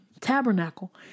tabernacle